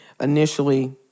Initially